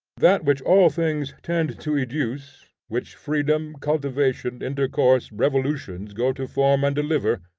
that which all things tend to educe which freedom, cultivation, intercourse, revolutions, go to form and deliver,